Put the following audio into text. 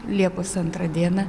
liepos antrą dieną